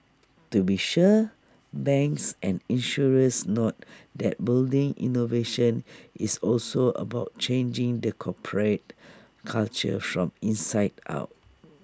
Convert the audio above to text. to be sure banks and insurers note that building innovation is also about changing the corporate culture from inside out